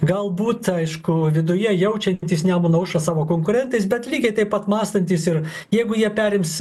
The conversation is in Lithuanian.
galbūt aišku viduje jaučiantys nemuno aušrą savo konkurentais bet lygiai taip pat mąstantys ir jeigu jie perims